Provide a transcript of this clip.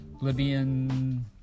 Libyan